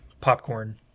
popcorn